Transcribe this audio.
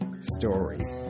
story